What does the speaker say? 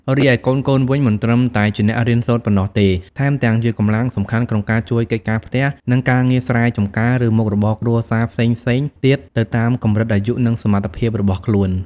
រីឯកូនៗវិញ មិនត្រឹមតែជាអ្នករៀនសូត្រប៉ុណ្ណោះទេ ថែមទាំងជាកម្លាំងសំខាន់ក្នុងការជួយកិច្ចការផ្ទះ និងការងារស្រែចម្ការ ឬមុខរបរគ្រួសារផ្សេងៗទៀតទៅតាមកម្រិតអាយុ និងសមត្ថភាពរបស់ខ្លួន។